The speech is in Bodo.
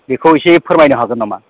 बेखौ एसे फोरमायनो हागोन नामा